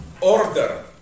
order